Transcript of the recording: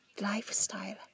lifestyle